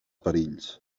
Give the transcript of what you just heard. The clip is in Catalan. perills